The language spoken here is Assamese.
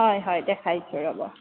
হয় হয় দেখাইছোঁ ৰ'ব